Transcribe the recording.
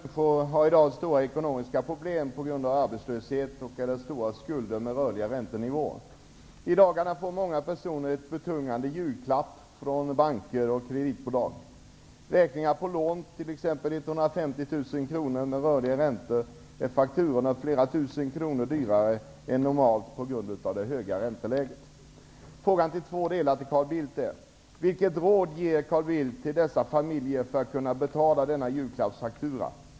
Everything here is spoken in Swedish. Fru talman! Jag har en fråga till statsministern. Många människor har i dag stora ekonomiska problem på grund av arbetslöshet. Många har även stora skulder till följd av de rörliga räntenivåerna. I dagarna får många personer en betungande julklapp från banker och kreditbolag. Kostnader för lån på t.ex. 150 000 kr med rörlig ränta har blivit flera tusen högre än normalt till följd av det höga ränteläget. Frågan i två delar till Carl Bildt är: Vilket råd ger Carl Bildt till dessa familjer när det gäller att kunna betala denna julklappsfaktura?